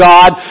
God